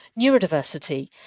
Neurodiversity